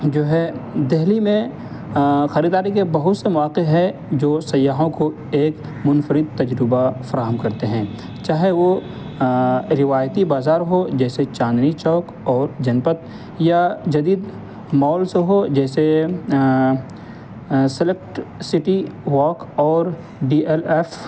جو ہے دہلی میں خریداری کے بہت سے مواقع ہے جو سیاحوں کو ایک منفرد تجربہ فراہم کرتے ہیں چاہے وہ روایتی بازار ہو جیسے چاندنی چوک اور جنپت یا جدید مولس ہو جیسے select city walk D L F F